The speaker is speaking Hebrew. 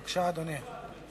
בבקשה, אדוני.